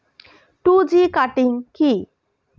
Two G cutting কি?